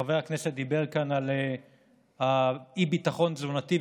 חבר הכנסת דיבר כאן על אי-ביטחון תזונתי,